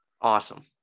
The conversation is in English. awesome